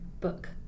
book